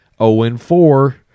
0-4